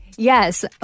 Yes